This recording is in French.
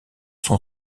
son